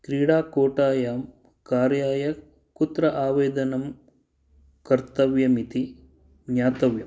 क्रीडाकोटायं कार्याय कुत्र आवेदनं कर्तव्यम् इति ज्ञातव्यम्